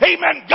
Amen